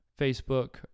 Facebook